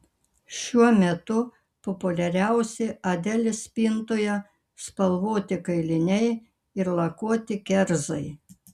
šiuo metu populiariausi adelės spintoje spalvoti kailiniai ir lakuoti kerzai